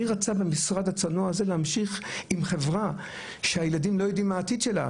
מי רצה במשרד הצנוע הזה להמשיך עם חברה שהילדים לא יודעים מה העתיד שלה?